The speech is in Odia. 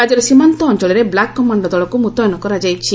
ରାଜ୍ୟର ସୀମାନ୍ତ ଅଞ୍ଚଳରେ ବ୍ଲାକ କମାଣ୍ଡୋ ଦଳକୁ ମୁତୟନ କରାଯାଇଛି